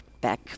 back